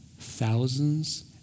Thousands